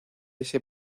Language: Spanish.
ese